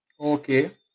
okay